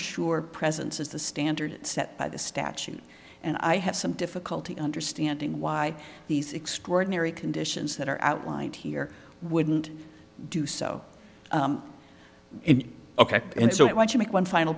assured presence is the standard set by the statute and i have some difficulty understanding why these extraordinary conditions that are outlined here wouldn't do so in ok and so i want to make one final